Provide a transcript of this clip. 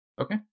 Okay